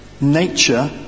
Nature